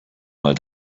mal